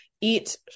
eat